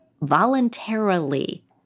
voluntarily